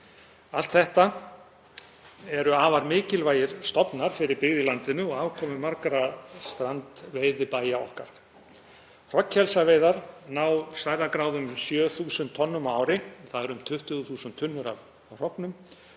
Allt þetta eru afar mikilvægir stofnar fyrir byggð í landinu og afkomu margra strandveiðibæja okkar. Hrognkelsaveiðar ná stærðargráðunni 7.000 tonnum á ári. Það eru um 20.000 tunnur af hrognum